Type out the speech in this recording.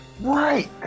Right